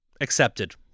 Accepted